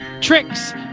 tricks